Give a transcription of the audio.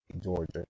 Georgia